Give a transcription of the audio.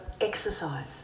exercise